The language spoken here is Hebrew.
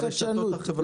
וגם ברשתות החברתיות.